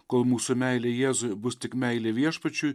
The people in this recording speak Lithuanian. kol mūsų meilė jėzui bus tik meilė viešpačiui